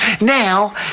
Now